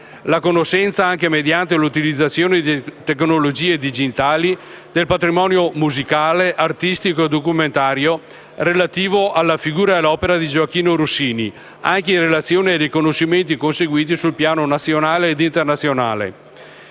la conoscenza, anche mediante l'utilizzazione di tecnologie digitali, del patrimonio musicale, artistico e documentario relativo alla figura e all'opera di Gioachino Rossini, anche in relazione ai riconoscimenti conseguiti sul piano nazionale ed internazionale;